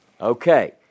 Okay